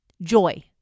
joy